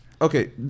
okay